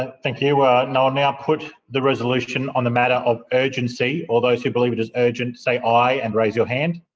and thank you. i will now put the resolution on the matter of urgency all those who believe it is urgent say aye and raise your hand.